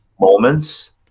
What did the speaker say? moments